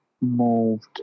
moved